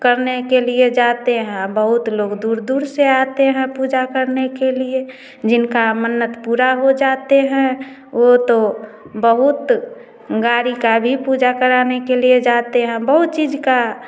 करने के लिए जाते हैं बहुत लोग दूर दूर से आते हैं पूजा करने के लिए जिनका मन्नत पूरा हो जाता है वो तो बहुत गाड़ी का भी पूजा कराने के लिए जाते हैं बहुत चीज का